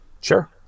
Sure